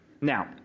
now